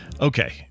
Okay